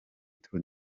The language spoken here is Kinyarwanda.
tour